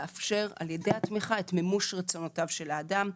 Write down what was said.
ידי התמיכה את מימוש רצונותיו של האדם.